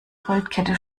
goldkette